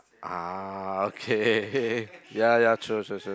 ah okay ya ya true true true